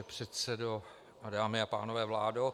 Pane předsedo, dámy a pánové, vládo.